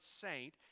saint